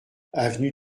avenue